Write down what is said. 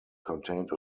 contained